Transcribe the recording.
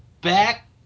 back